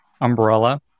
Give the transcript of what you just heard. umbrella